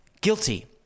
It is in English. Guilty